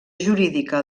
jurídica